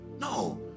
no